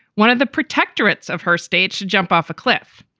one of the protectorates of her state, should jump off a cliff.